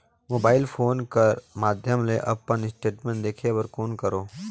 Mobile phone कर माध्यम ले अपन स्टेटमेंट देखे बर कौन करों?